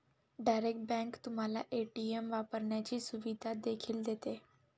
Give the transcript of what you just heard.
direct bank तुम्हाला ATM वापरण्याची सुविधा देखील देते